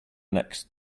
next